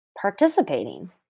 participating